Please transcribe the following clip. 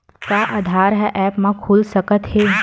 का आधार ह ऐप म खुल सकत हे?